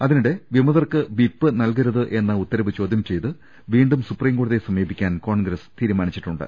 അതിനിടെ വിമതർക്ക് വിപ്പ് നൽകരുതെന്ന ഉത്തരവ് ചോദ്യം ചെയ്ത് വീണ്ടും സുപ്രീം കോടതിയെ സ്ഥമീപിക്കാൻ കോൺഗ്രസ് തീരുമാനിച്ചിട്ടുണ്ട്